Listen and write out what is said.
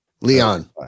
Leon